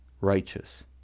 righteous